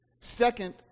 Second